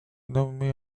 nommé